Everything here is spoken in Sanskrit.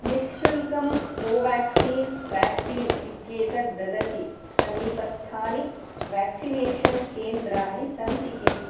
निःशुल्कं कोवेक्सिन् व्याक्सीन् इत्येतत् ददति समीपस्थानि वेक्सिनेषन् केन्द्राणि सन्ति किम्